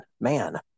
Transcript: man